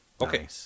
Okay